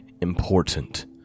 important